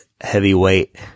heavyweight